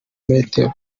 metero